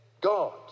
God